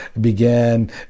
began